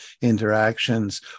interactions